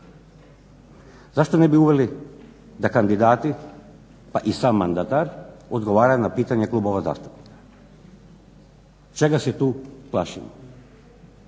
Zašto ne bi uveli da kandidati, pa i sam mandatar odgovara na pitanja klubova zastupnika, čega se tu plašimo?